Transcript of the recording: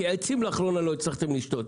כי עצים לאחרונה לא הצלחתם לשתול,